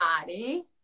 body